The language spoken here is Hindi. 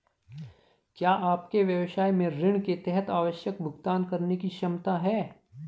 क्या आपके व्यवसाय में ऋण के तहत आवश्यक भुगतान करने की क्षमता है?